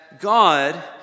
God